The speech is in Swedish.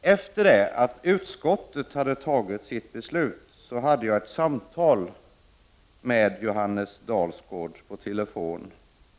Efter det att kulturutskottet gjort sitt ställningstagande hade jag ett samtal med Johannes Dalsgaard på telefon.